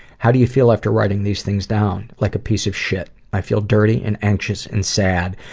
how do you feel after writing these things down? like a piece of shit. i feel dirty, and anxious and sad.